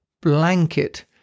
blanket